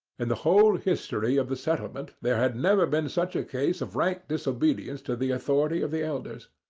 and the whole history of the settlement there had never been such a case of rank disobedience to the authority of the elders.